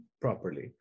properly